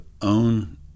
own